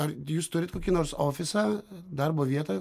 ar jūs turit kokį nors ofisą darbo vietą